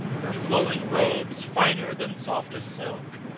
her flowing robes finer than softest silk,